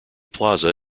plaza